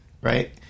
right